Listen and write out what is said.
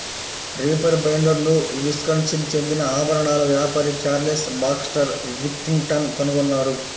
reaper బైండర్ను Wisconsin చెందిన ఆభరణాల వ్యాపారి చార్లెస్ బాక్స్టర్ విథింగ్టన్ కనుగొన్నారు